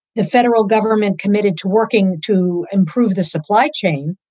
the federal government committed to working to improve the supply chain.